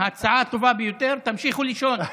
ההצעה הטובה ביותר: תמשיכו לישון.